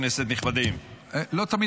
אמר את זה ראש אמ"ן הקודם, תמיר